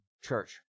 church